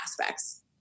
aspects